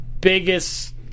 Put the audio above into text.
biggest